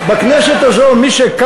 סידרו לך כיסא.